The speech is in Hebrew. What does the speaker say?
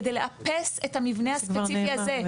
כדי לאפס את המבנה הספציפי הזה.